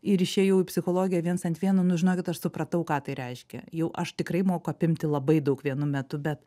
ir išėjau į psichologiją viens ant vieno nu žinokit aš supratau ką tai reiškia jau aš tikrai moku apimti labai daug vienu metu bet